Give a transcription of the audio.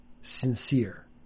sincere